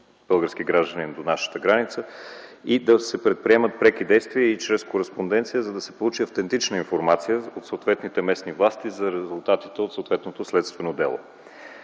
български гражданин до нашата граница и да се предприемат преки действия и чрез кореспонденция, за да се получи автентична информация от съответните местни власти за резултатите от съответното следствено дело.